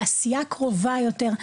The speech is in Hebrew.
לעשייה קרובה יותר,